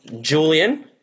Julian